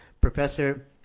Professor